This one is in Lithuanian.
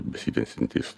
besitęsianti istorija